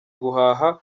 guhaha